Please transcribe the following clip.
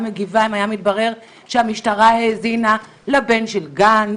מגיבה אם היה מתברר שהמשטרה האזינה לבן של גנץ,